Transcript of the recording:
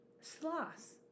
sloths